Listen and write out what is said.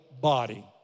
body